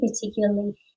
Particularly